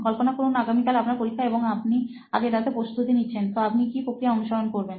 কল্পনা করুন আগামীকাল আপনার পরীক্ষা এবং আপনি আগের রাতে প্রস্তুতি নিচ্ছেন তো আপনি কি প্রক্রিয়া অনুসরণ করবেন